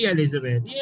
Elizabeth